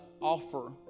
offer